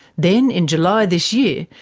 then, in july this year,